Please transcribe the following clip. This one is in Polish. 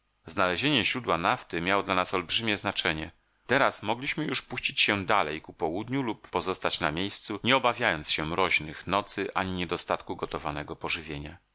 znalezienie źródła nafty miało dla nas olbrzymie znaczenie teraz mogliśmy już puścić się dalej ku południu lub pozostać na miejscu nie obawiając się mroźnych nocy ani niedostatku gotowanego pożywienia